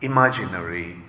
Imaginary